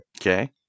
Okay